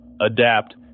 adapt